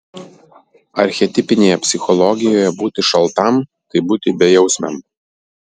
archetipinėje psichologijoje būti šaltam tai būti bejausmiam